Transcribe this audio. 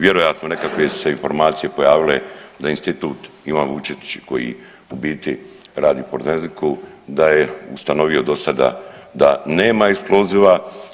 Vjerojatno nekakve se informacije pojavile da Institut Ivan Vučetić koji u biti radi forenziku, da je ustanovio do sada da nema eksploziva.